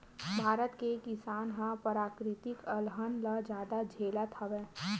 भारत के किसान ह पराकिरितिक अलहन ल जादा झेलत हवय